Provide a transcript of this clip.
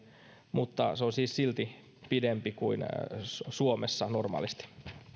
mutta se on siis silti pidempi kuin suomessa normaalisti